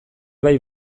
bai